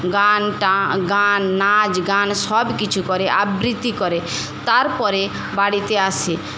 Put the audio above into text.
গান গান নাচ গান সবকিছু করে আবৃতি করে তারপরে বাড়িতে আসে